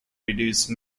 reduce